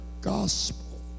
gospel